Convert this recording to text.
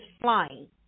flying